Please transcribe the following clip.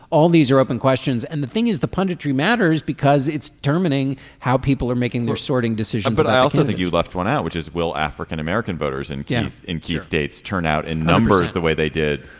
all these are open questions and the thing is the punditry matters because it's turning how people are making their sorting decision but i also think you left one out which is will african-american voters and in key states turn out in numbers the way they did